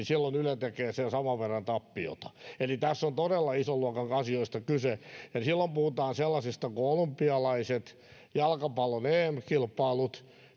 silloin yle tekee sen saman verran tappiota eli tässä on todella ison luokan asioista kyse ja silloin puhutaan sellaisista kuin olympialaiset jalkapallon em kilpailut